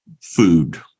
food